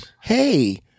hey